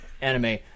anime